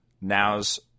now's